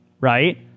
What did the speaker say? right